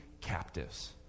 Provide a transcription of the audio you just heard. captives